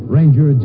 Ranger